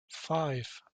five